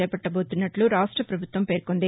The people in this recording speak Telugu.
చేపట్టబోతున్నట్లు రాష్ట పభుత్వం పేర్కొంది